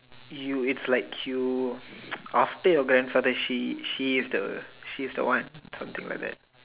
you it's like you after your grandfather she she she is the she is the one something like that